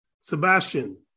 Sebastian